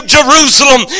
Jerusalem